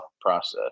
process